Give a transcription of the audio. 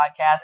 podcast